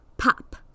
Pop